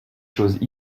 chose